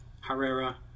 Herrera